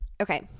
Okay